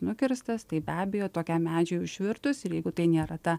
nukirstas tai be abejo tokiam medžiui užvirtus ir jeigu tai nėra ta